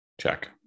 check